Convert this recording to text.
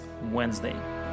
Wednesday